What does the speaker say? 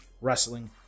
wrestling